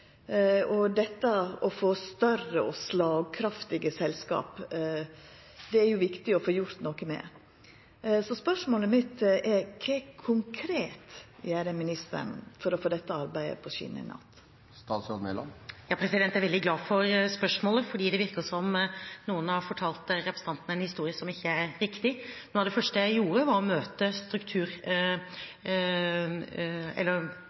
og dette å få større og slagkraftige selskap er viktig å få gjort noko med. Så spørsmålet mitt er: Kva konkret gjer ministeren for å få dette arbeidet på skjenene att? Jeg er veldig glad for spørsmålet, for det virker som om noen har fortalt representanten en historie som ikke er riktig. Noe av det første jeg gjorde, var å møte